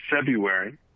February